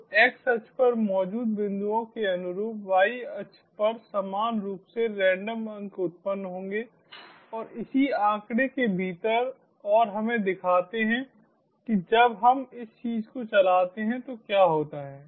तो x अक्ष पर मौजूद बिंदुओं के अनुरूप y अक्ष पर समान रूप से रैंडम अंक उत्पन्न होंगे और इसी आंकड़े के भीतर और हमें दिखाते हैं कि जब हम इस चीज को चलाते हैं तो क्या होता है